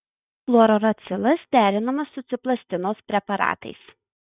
fluorouracilas derinamas su cisplatinos preparatais